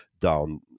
down